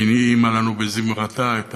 שהנעימה לנו בזמרתה את